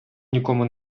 нікому